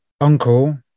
Uncle